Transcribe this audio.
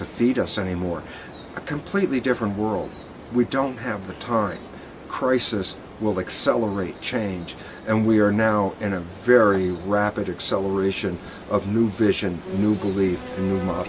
to feed us anymore a completely different world we don't have the time crisis will accelerate change and we are now in a very rapid acceleration of new vision new beliefs